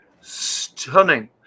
stunning